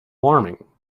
warming